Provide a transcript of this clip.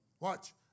Watch